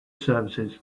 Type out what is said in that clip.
services